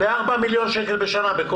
בקושי ארבעה מיליון שקלים בשנה.